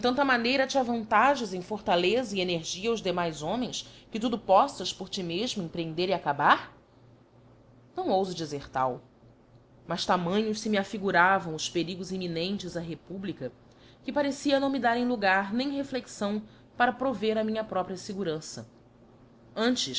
tanta maneira te avantajas em fortaleza e energia aos demais homens que tudo poítas por ti mefmo emprehender e acabar não oufo dizer tal mas tamanhos fe me affiguravam os perigos imminentes á republica que parecia não me darem logar nem reflexão para prover á minha própria fegurança antes